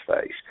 face